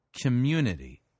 community